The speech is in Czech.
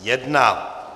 1.